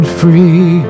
free